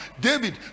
David